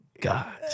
God